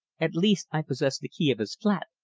at least i possess the key of his flat,